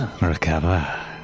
recover